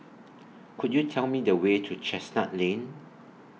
Could YOU Tell Me The Way to Chestnut Lane